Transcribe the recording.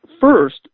First